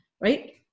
right